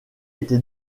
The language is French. était